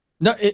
No